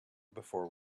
before